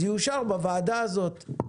זה יאושר בוועדה הזאת.